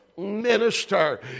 Minister